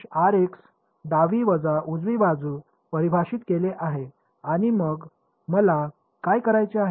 तर हे अवशेष डावी वजा उजवी बाजू परिभाषित केले आहे आणि मग मला काय करायचे आहे